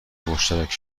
مشترک